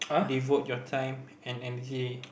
devote your time and energy